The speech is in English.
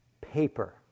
paper